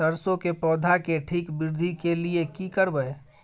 सरसो के पौधा के ठीक वृद्धि के लिये की करबै?